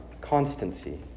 constancy